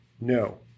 No